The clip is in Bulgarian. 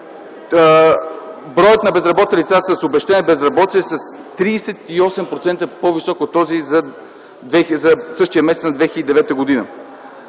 Броят на безработните лица с обезщетение „Безработица” е с 38% по-висок от този за същия месец за 2009 г.